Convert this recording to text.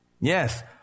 Yes